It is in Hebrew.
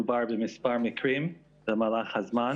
מדובר במספר מקרים במהלך הזמן.